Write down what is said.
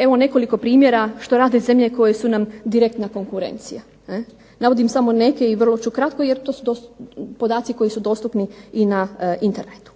evo nekoliko primjera što rade zemlje koje su nam direktna konkurencija. Navodim samo neke i vrlo ću kratko, jer to su podaci koji su dostupni i na Internetu.